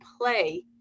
play